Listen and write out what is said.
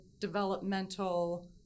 developmental